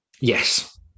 Yes